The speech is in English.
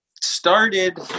started